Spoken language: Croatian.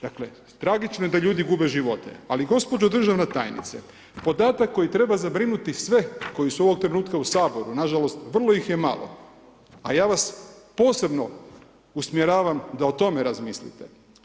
Dakle, tragično je da ljudi gube živote, ali gospođo državna tajnice, podatak koji treba zabrinuti sve koji su ovog trenutka u Saboru, nažalost, vrlo ih malo ja vas posebno usmjeravam da o tome razmislite.